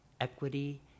equity